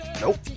Nope